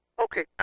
Okay